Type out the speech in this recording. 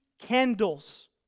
candles